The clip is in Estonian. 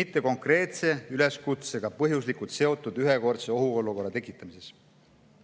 mitte konkreetse üleskutsega põhjuslikult seotud ühekordse ohuolukorra tekitamises.